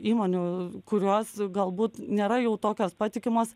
įmonių kurios galbūt nėra jau tokios patikimos